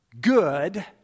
good